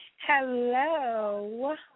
Hello